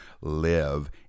live